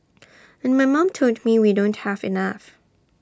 and my mom told me we don't have enough